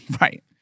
Right